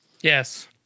Yes